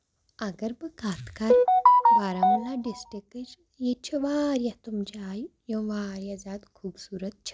اَگر بہٕ کَتھ کرٕ بارامولہ ڈِسٹرکٹِچ ییٚتہِ چھِ واریاہ تِم جایہِ یِم واریاہ زیادٕ خوٗبصوٗرت چھِ